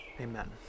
Amen